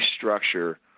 structure